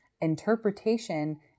Interpretation